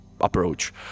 approach